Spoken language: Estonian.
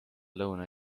lõuna